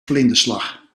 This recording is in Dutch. vlinderslag